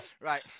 right